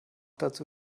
dazu